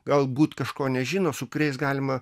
galbūt kažko nežino su kuriais galima